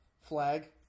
flag